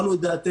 אמרנו את דעתנו.